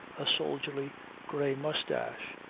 a soldierly grey moustache.